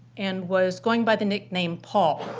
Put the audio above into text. and was going by the nickname, paul.